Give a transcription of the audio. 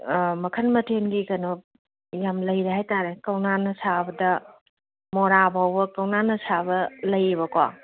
ꯃꯈꯟ ꯃꯊꯦꯟꯒꯤ ꯀꯩꯅꯣ ꯌꯥꯝ ꯂꯩꯔꯦ ꯍꯥꯏꯇꯥꯔꯦ ꯀꯧꯅꯥꯅ ꯁꯥꯕꯗ ꯃꯣꯔꯥ ꯐꯥꯎꯕ ꯀꯧꯅꯥꯅ ꯁꯥꯕ ꯂꯩꯑꯕꯀꯣ